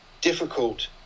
difficult